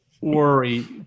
worry